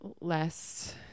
less